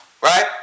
Right